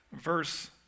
verse